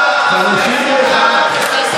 "ליהודים הייתה אורה ושמחה וששון ויקר" תקשיבו,